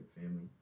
family